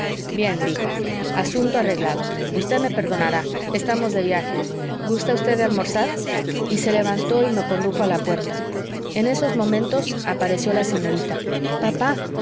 bien dijo asunto arreglado usted me perdonará estamos de viaje gusta usted de almorzar y se levantó y me condujo a la puerta en esos momentos apareció la señorita papá